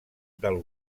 del